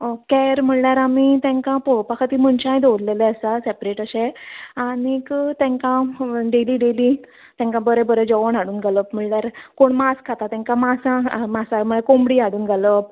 care म्हळ्ळ्यार आमी तेंकां पळोवपा खातीर मनशांय दोवल्लेले आसा सॅपरेट अशें आनीक तेंकां डेली डेली तेंकां बरें बरें जेवण हाडून घालप म्हळ्ळ्यार कोण मांस खाता तेंकां मासां मासां म्हळ्या कोंबडी हाडून घालप